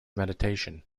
meditation